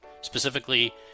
specifically